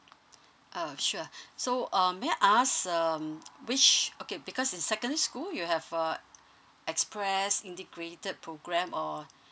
oh sure so um may I ask um which okay because in secondary school you have uh express integrated program or